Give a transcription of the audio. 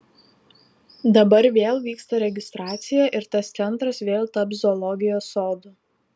dabar vėl vyksta registracija ir tas centras vėl taps zoologijos sodu